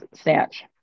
snatch